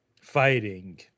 fighting